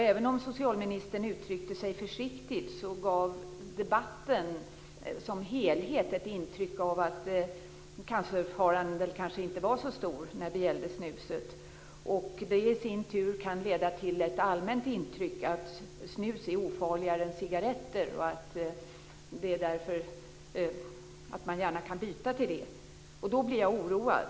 Även om socialministern uttryckte sig försiktigt, gav debatten som helhet ett intryck av att cancerfaran kanske inte är så stor när det gäller snuset. Det kan i sin tur leda till ett allmänt intryck att snus är ofarligare än cigaretter och att man därför gärna kan byta till snus. Då blir jag oroad.